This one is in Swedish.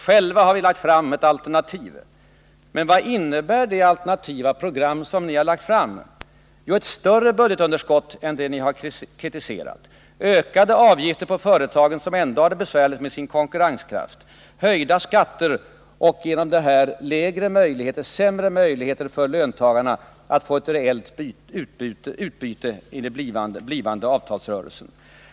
Själva har vi lagt fram ett alternativ, sade han också. Men vad innebär det alternativ som ni har lagt fram? Jo, ett större budgetunderskott än det ni har kritiserat, ökade avgifter på företagen, som ändå har det besvärligt med sin konkurrenskraft, höjda skatter och härigenom sämre möjligheter för löntagarna att få ett rejält utbyte i den kommande avtalsrörelsen.